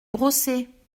brosser